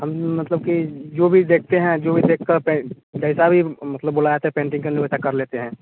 हम मतलब कि जो भी देखते हैं जो भी देख कर पे जैसा भी मतलब बोला जाता है पेन्टिंग करने को वैसा कर लेते हैं